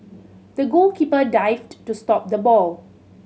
the goalkeeper dived to stop the ball